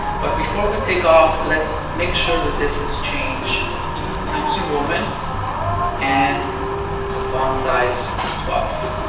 but before we take off, let's make sure that this is changed to times new roman and the font size twelve.